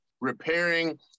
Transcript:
repairing